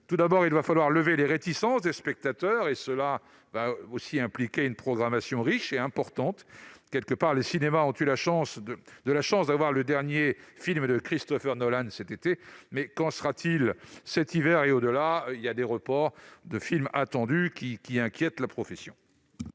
Tout d'abord, il va falloir lever les réticences des spectateurs, ce qui impliquera une programmation riche et importante. Certes, les cinémas ont eu de la chance de pouvoir présenter le dernier film de Christopher Nolan cet été, mais qu'en sera-t-il cet hiver et au-delà ? Des reports de films attendus inquiètent la profession.